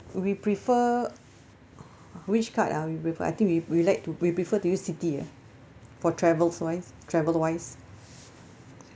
we prefer which card ah we prefer I think we we like to we prefer to use citi ah for travels wise travel wise